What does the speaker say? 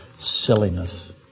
silliness